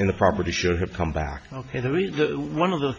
in the property should have come back ok the really one of the